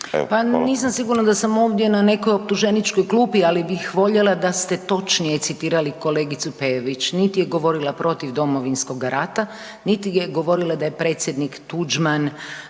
Pa nisam sigurna da sam ovdje na nekoj optuženičkoj klupi, ali bih voljela da ste točnije citirali kolegicu Peović, niti je govorila protiv Domovinskog rata, niti je govorila da je predsjednik Tuđman,